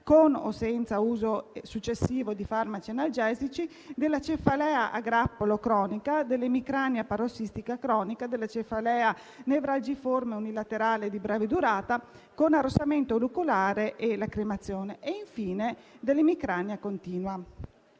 con o senza uso eccessivo di farmaci analgesici, della cefalea a grappolo cronica, dell'emicrania parossistica cronica, della cefalea nevralgiforme unilaterale di breve durata con arrossamento oculare e lacrimazione e infine dell'emicrania continua.